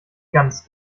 ganz